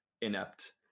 inept